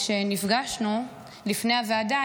כשנפגשנו לפני הוועדה,